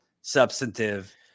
substantive